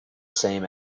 same